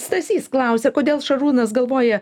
stasys klausia kodėl šarūnas galvoja